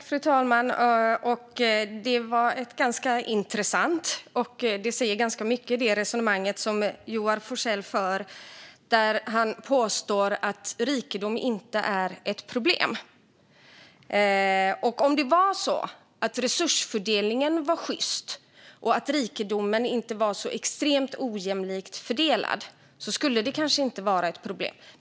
Fru talman! Joar Forssells resonemang säger mycket. Han påstår att rikedom inte är ett problem. Om resursfördelningen var sjyst och rikedomen inte så extremt ojämlikt fördelad skulle det kanske inte vara ett problem.